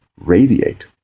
radiate